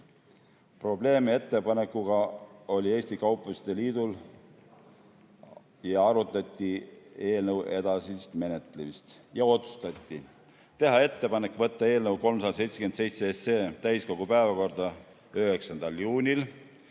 Probleeme ettepanekuga oli Eesti Kaupmeeste Liidul. Arutati eelnõu edasist menetlemist. Otsustati teha ettepanek võtta eelnõu 377 täiskogu päevakorda 9. juunil